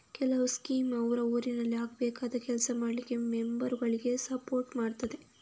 ಕೆಲವು ಸ್ಕೀಮ್ ಅವ್ರ ಊರಿನಲ್ಲಿ ಆಗ್ಬೇಕಾದ ಕೆಲಸ ಮಾಡ್ಲಿಕ್ಕೆ ಮೆಂಬರುಗಳಿಗೆ ಸಪೋರ್ಟ್ ಮಾಡ್ತದೆ